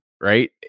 Right